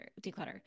declutter